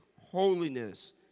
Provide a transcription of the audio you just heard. holiness